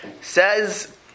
Says